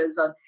on